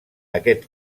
aquest